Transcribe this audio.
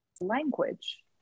Language